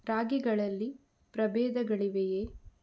ರಾಗಿಗಳಲ್ಲಿ ಪ್ರಬೇಧಗಳಿವೆಯೇ?